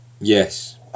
yes